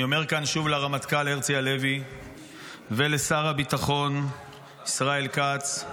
אני אומר כאן שוב לרמטכ"ל הרצי הלוי ולשר הביטחון ישראל כץ: